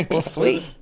Sweet